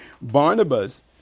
Barnabas